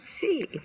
See